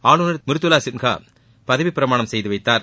ஆளுநர் மிருதுளா சின்ஹா பதவிப் பிரமாணம் செய்து வைத்தார்